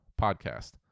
podcast